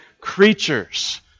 creatures